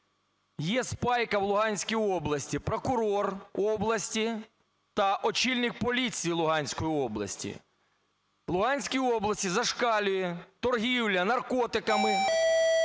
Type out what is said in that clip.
Є спайка в Луганській області: прокурор області та очільник поліції Луганської області. В Луганській області зашкалює торгівля наркотиками, в